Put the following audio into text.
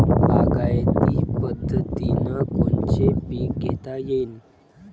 बागायती पद्धतीनं कोनचे पीक घेता येईन?